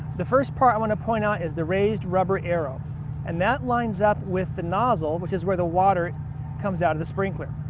the first part i want to point out is the raised rubber arrow and that lines up with the nozzle, which is where the water comes out of the sprinkler.